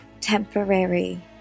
temporary